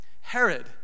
Herod